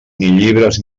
llibres